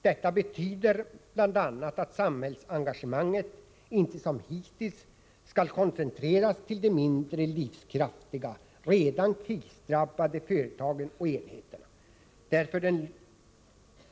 Detta betyder bl.a. att samhällsengagemanget inte som hittills skall koncentreras till de mindre livskraftiga, redan krisdrabbade företagen och enheterna.